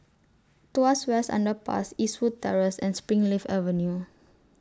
Tuas West Underpass Eastwood Terrace and Springleaf Avenue